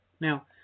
Now